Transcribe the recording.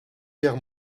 guerre